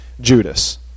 Judas